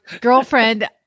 girlfriend